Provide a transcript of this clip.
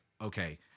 okay